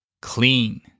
clean